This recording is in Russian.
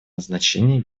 назначения